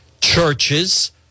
churches